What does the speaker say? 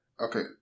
Okay